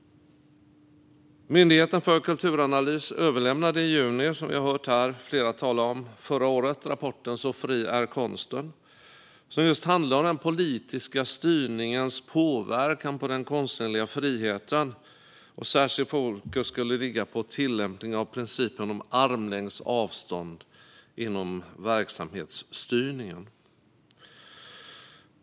Myndigheten för kulturanalys överlämnade i juni förra året rapporten Så fri är konsten , som vi har hört från flera talare. Den handlar just om den politiska styrningens påverkan på den konstnärliga friheten. Särskilt fokus skulle ligga på tillämpningen av principen om armlängds avstånd inom verksamhetsstyrningen.